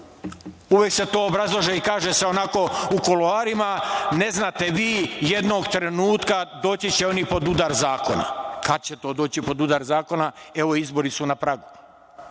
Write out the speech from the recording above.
se to obrazlaže i kaže se onako u kuloarima - ne znate vi jednog trenutka, doći će oni pod udar zakona. Kada će to doći pod udar zakona? Evo izbori su na pragu. Ne,